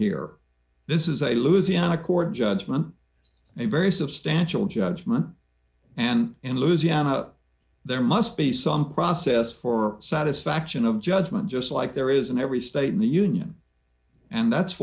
here this is a lose in a court judgment a very substantial judgment and in louisiana there must be some process for satisfaction of judgment just like there is in every state in the union and that's